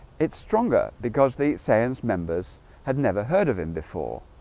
it's stronger because the saiyans members had never heard of him before